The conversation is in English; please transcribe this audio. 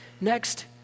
Next